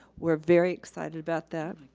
we're very excited about that.